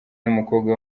n’umukobwa